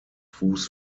fuß